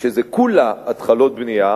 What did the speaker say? שזה כולה התחלות בנייה,